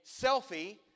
selfie